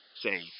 say